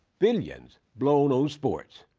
billions blown on sports.